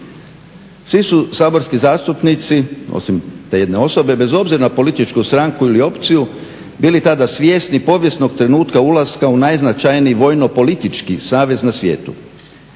Svi su saborski zastupnici osim te jedne osobe bez obzira na političku stranku ili opciju bili tada svjesni povijesnog trenutka ulaska u najznačajniji vojno-politički savez na svijetu.